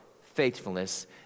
faithfulness